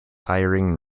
hiring